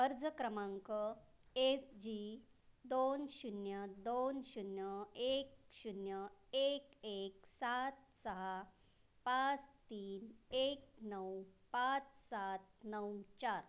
अर्ज क्रमांक S G दोन शून्य दोन शून्य एक शून्य एक एक सात सहा पाच तीन एक नऊ पाच सात नऊ चार